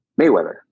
mayweather